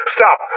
Stop